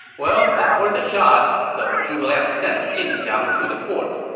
well it's worth a shot, so zhuge liang sent jin xiang to the fort.